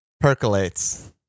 percolates